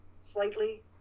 slightly